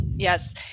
Yes